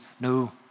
no